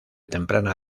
temprana